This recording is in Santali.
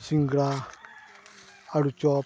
ᱥᱤᱜᱟᱹᱲᱟ ᱟᱹᱞᱩ ᱪᱚᱯ